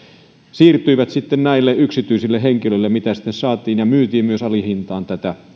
siirtyivät yksityisille henkilöille ja myytiin myös alihintaan